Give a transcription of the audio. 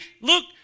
Look